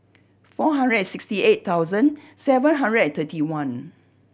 four hundred sixty eight thousand seven hundred thirty one